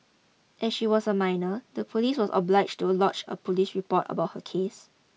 as she was a minor the police was obliged to lodge a police report about her case